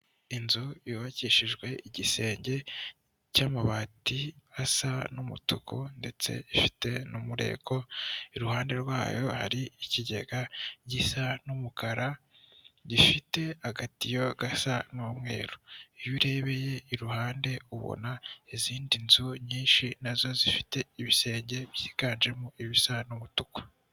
Inzu yubakishijwe igisenge cy'amabati asa n'umutuku ndetse ifite n'umureko, iruhande rwayo hari ikigega gisa n'umukara gifite agatiyo gasa n'umweru, iyo urebeye iruhande ubona izindi nzu nyinshi nazo zifite ibisenge byiganjemo ibisa n'umutuku.